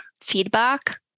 feedback